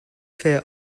fair